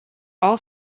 all